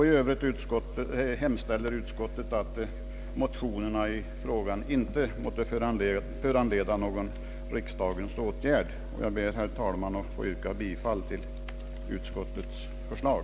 I övrigt hemställer utskottet att motionerna icke måtte föranleda någon riksdagens åtgärd. Jag ber, herr talman, att få yrka bifall till utskottets förslag.